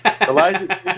Elijah